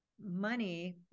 money